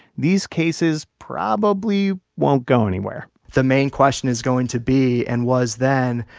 these cases probably won't go anywhere the main question is going to be and was then,